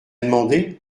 demandé